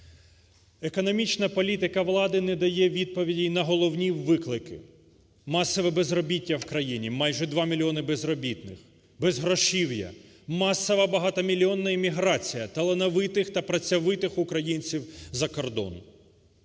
Економічна політика влади не дає відповідей на головні виклики: масове безробіття в країні, майже 2 мільйони безробітних, безгрошів'я, масова, багатомільйонна еміграція талановитих та працьовитих українців за кордон,